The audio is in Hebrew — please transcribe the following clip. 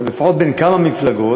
או לפחות בין כמה מפלגות,